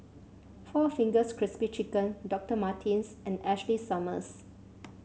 four Fingers Crispy Chicken Doctor Martens and Ashley Summers